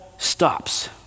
Stops